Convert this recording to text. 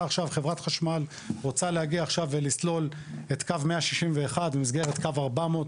חברת חשמל רוצה עכשיו להגיע ולסלול את קו 161 במסגרת קו 400,